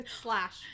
slash